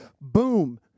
Boom